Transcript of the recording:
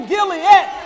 Gilead